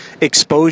exposure